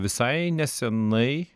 visai nesenai